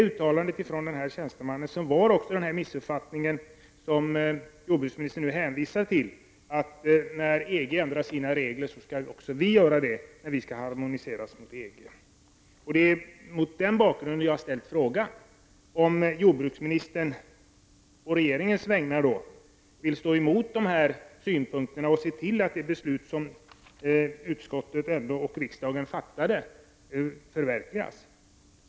I uttalandet från tjänstemannen fanns också den missuppfattning som jordbruksministern nu hänvisade till, nämligen att när EG ändrar sina regler skall också Sverige vid en harmonisering med EG göra detta. Det är mot den bakgrunden som jag har ställt frågan. Kan jordbruksministern på regeringens vägnar ta avstånd från dessa synpunkter och se till att det beslut som riksdagen fattade förverkligas?